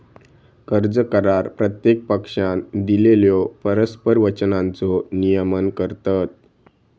कर्ज करार प्रत्येक पक्षानं दिलेल्यो परस्पर वचनांचो नियमन करतत